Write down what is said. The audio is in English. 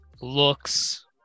looks